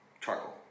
charcoal